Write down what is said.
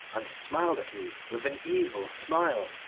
and smiled at me with an evil smile.